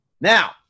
Now